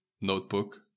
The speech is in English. notebook